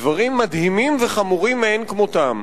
דברים מדהימים וחמורים מאין כמותם,